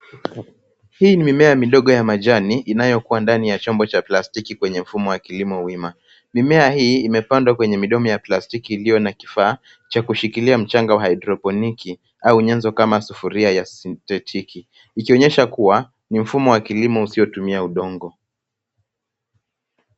Hii ni mimea midogo ya majani, inayokua ndani ya chombo cha plastiki kwenye mfumo wa kilimo wima. Mimea hii imepandwa kwenye midomo ya plastiki iliyo na kifaa cha kushikilia mchanga wa haidroponiki, au nyanzo kama sufuria ya sinthetiki. Ikionyesha kuwa ni mfumo wa kilimo usiotumia udongo.